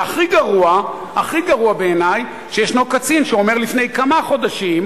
והכי גרוע בעיני, שיש קצין שאומר לפני כמה חודשים,